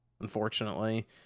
Unfortunately